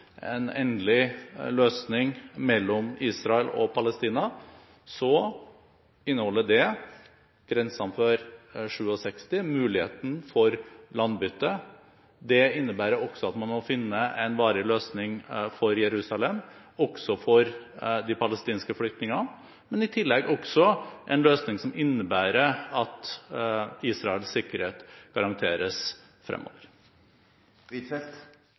en endelig løsning mellom Israel og Palestina, inneholder den grensene før 1967 og muligheten for landbytte. Det innebærer også at man må finne en varig løsning for Jerusalem og for de palestinske flyktningene, i tillegg til en løsning som innebærer at Israels sikkerhet garanteres